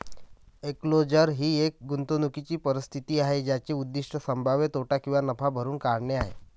enclosure ही एक गुंतवणूकीची परिस्थिती आहे ज्याचे उद्दीष्ट संभाव्य तोटा किंवा नफा भरून काढणे आहे